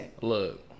Look